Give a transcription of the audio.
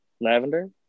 Lavender